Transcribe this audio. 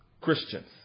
Christians